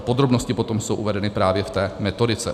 Podrobnosti potom jsou uvedeny právě v té metodice.